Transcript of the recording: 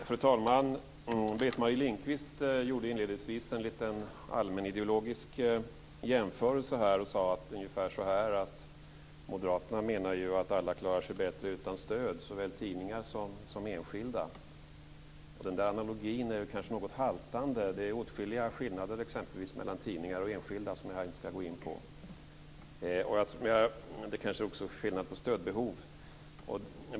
Fru talman! Britt-Marie Lindkvist gjorde inledningsvis en liten allmänideologisk jämförelse. Hon sade ungefär: Moderaterna menar att alla, såväl tidningar som enskilda, klarar sig bättre utan stöd. Den analogin är väl kanske något haltande. Det är åtskilliga skillnader exempelvis mellan tidningar och enskilda som jag här inte ska gå in på. Det är kanske också skillnad på stödbehov.